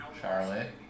Charlotte